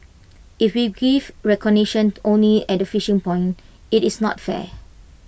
if we give recognition only at finishing point IT is not fair